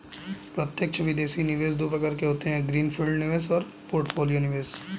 प्रत्यक्ष विदेशी निवेश दो प्रकार के होते है ग्रीन फील्ड निवेश और पोर्टफोलियो निवेश